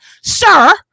sir